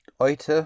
heute